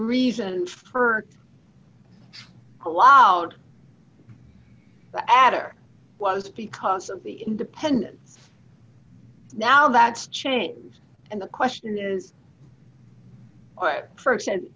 reason for a lockout after was because of the independence now that's changed and the question is what fraction